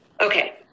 okay